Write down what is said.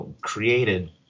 created